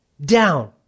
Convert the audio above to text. down